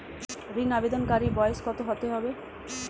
ঋন আবেদনকারী বয়স কত হতে হবে?